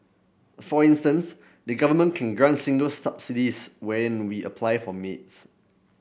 for instance the Government can grant singles subsidies when we apply for maids